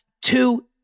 two